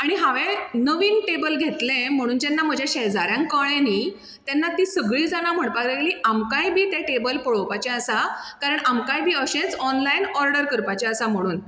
आनी हांवें नवीन टेबल घेतलें म्हणून जेन्ना म्हज्या शेजाऱ्यांक कळ्ळें न्ही तेन्ना तीं सगळीं जाणां म्हणपाक लागलीं आमकांय बी तें टेबल पळोवपाचें आसा कारण आमकांय बी अशेंच ऑनलायन ऑडर करपाचें आसा म्हुणून